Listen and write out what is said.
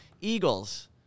Eagles